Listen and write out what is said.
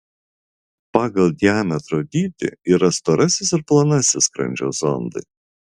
pagal diametro dydį yra storasis ir plonasis skrandžio zondai